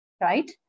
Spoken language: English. right